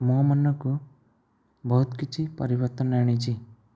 ମୋ ମନକୁ ବହୁତ କିଛି ପରିବର୍ତ୍ତନ ଆଣିଛି